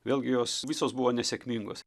vėlgi jos visos buvo nesėkmingos